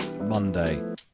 Monday